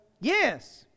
yes